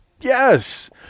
Yes